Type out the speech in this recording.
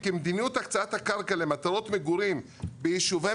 כי מדיניות הקצאת הקרקע למטרות מגורים ביישובי